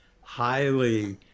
highly